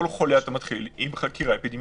עם כל חולה אתה מתחיל עם חקירה אפידמיולוגית,